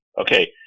okay